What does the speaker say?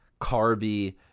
carby